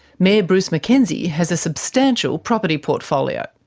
mayor bruce mackenzie has a substantial property portfolio.